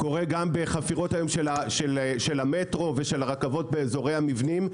קורה גם בחפירות של המטרו ושל הרכבות באזורי המבנים,